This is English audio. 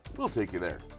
we'll take you there.